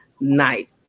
night